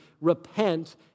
repent